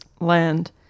land